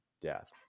death